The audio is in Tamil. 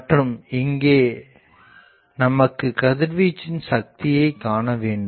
மற்றும் இங்கே நமக்கு கதிர்வீச்சின் சக்தியை காணவேண்டும்